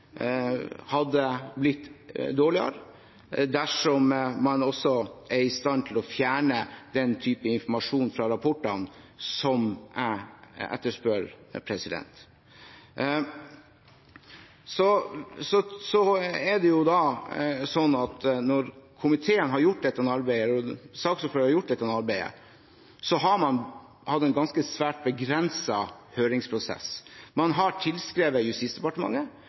hadde blitt dårligere dersom man også var i stand til å fjerne den type informasjon fra rapportene som jeg etterspør. Så er det slik at når komiteen – og saksordføreren – har gjort dette arbeidet, har man hatt en ganske begrenset høringsprosess. Man har tilskrevet